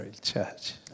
church